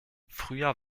früher